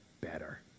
better